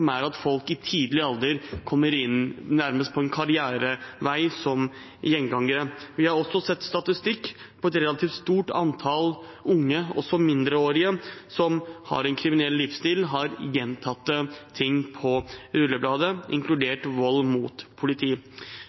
at folk i tidlig alder nærmest kommer inn på en karrierevei som gjengangere. Vi har også sett statistikk på at et relativt stort antall unge, også mindreårige, som har en kriminell livsstil, har gjentatte ting på rullebladet, inkludert vold mot